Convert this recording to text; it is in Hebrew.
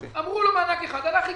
אמרו לו מענק אחד הלך והגיש.